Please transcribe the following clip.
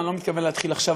ואני לא מתכוון להתחיל עכשיו.